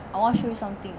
I want to show you something